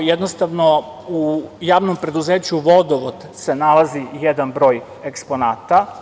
Jednostavno u javnom preduzeću „Vodovod“ se nalazi jedan broj eksponata.